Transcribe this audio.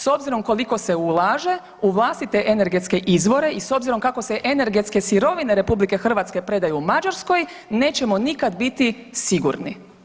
S obzirom koliko se ulaže u vlastite energetske izvore i s obzirom kako se energetske sirovine RH predaju Mađarskoj nećemo nikad biti sigurni.